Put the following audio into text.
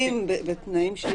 בתנאים שייקבעו?